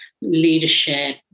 leadership